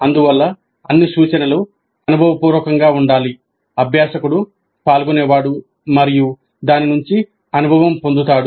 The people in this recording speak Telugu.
అందువల్ల అన్ని సూచనలు అనుభవపూర్వకంగా ఉండాలి అభ్యాసకుడు పాల్గొనేవాడు మరియు దాని నుంచి అనుభవం పొందుతాడు